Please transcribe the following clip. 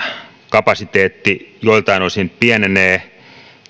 kapasiteetti joiltain osin pienenee